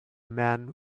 man